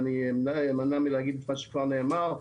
אבל אני אימנע מלהגיד את מה שכבר נאמר.